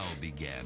began